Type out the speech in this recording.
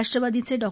राष्ट्रवादीचे डॉ